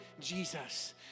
Jesus